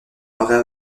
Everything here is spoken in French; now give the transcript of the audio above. parait